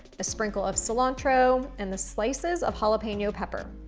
the sprinkle of cilantro, and the slices of jalapeno pepper.